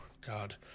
God